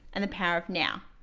and the power of now.